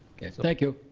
okay, thank you.